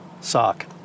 sock